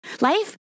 Life